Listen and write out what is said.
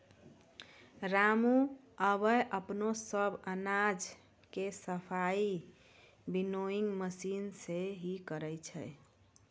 रामू आबॅ अपनो सब अनाज के सफाई विनोइंग मशीन सॅ हीं करै छै